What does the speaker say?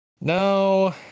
No